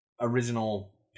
original